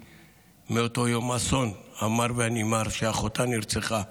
מאותו יום האסון המר והנמהר שבו אחותה נרצחה,